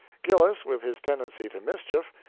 gillis, with his tendency to mischief,